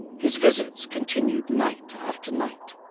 his visits continued night after night.